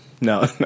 no